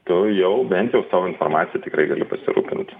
tu jau bent jau savo informacija tikrai gali pasirūpint